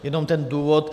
Jenom ten důvod.